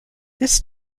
this